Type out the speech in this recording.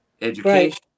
education